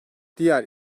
diğer